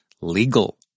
legal